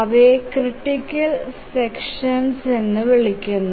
അവയെ critical sections എന്ന് വിളിക്കുന്നു